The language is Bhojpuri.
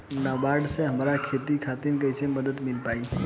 नाबार्ड से हमरा खेती खातिर कैसे मदद मिल पायी?